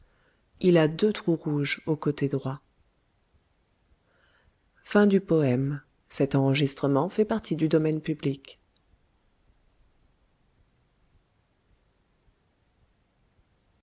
il a deux trous rouges au côté droit